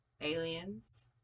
aliens